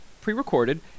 pre-recorded